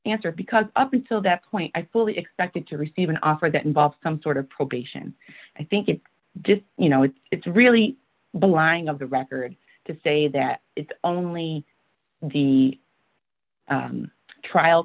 answer because up until that point i fully expected to receive an offer that involved some sort of probation i think it's just you know it's it's really belying of the record to say that it's only the trial